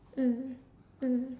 mm mm